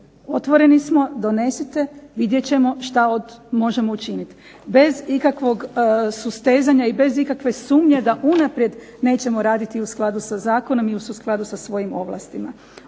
otvoreni smo. Donesite, vidjet ćemo šta možemo učiniti bez ikakvog sustezanja i bez ikakve sumnje da unaprijed nećemo raditi u skladu sa zakonom i u skladu sa svojim ovlastima.